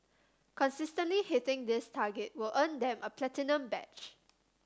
consistently hitting this target will earn them a platinum badge